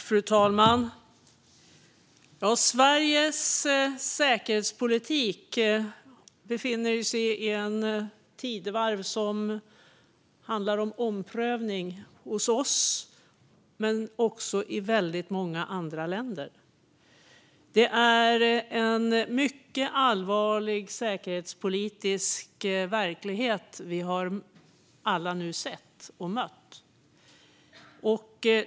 Fru talman! Sveriges säkerhetspolitik befinner sig i ett tidevarv som handlar om omprövning hos oss men också i väldigt många andra länder. Det är en mycket allvarlig säkerhetspolitisk verklighet som vi alla nu har sett och mött.